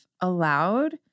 allowed